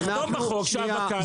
תכתוב בחוק שהאבקה לא קשורה.